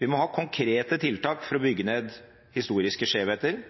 Vi må ha konkrete tiltak for å bygge ned historiske skjevheter